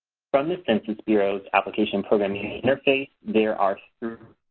from the census bureau's application programming interface, there are three